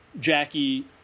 Jackie